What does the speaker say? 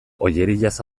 ollerias